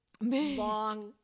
long